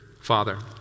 Father